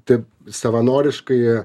taip savanoriškai